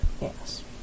yes